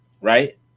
right